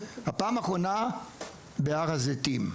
הפעם האחרונה בהר הזיתים,